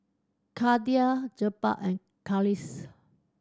Khadija Jebat and Khalish